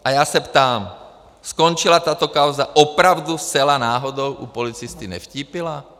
A já se ptám: Skončila tato kauza opravdu zcela náhodou u policisty Nevtípila?